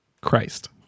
Christ